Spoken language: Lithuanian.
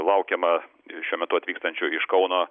laukiama šiuo metu atvykstančių iš kauno